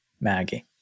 Maggie